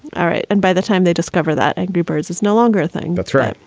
all right. and by the time they discover that angry birds is no longer a thing that's right.